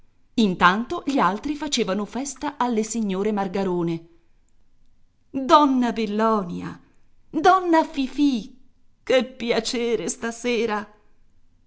intanto gli altri facevano festa alle signore margarone donna bellonia donna fifì che piacere stasera